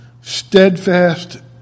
steadfast